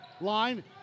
line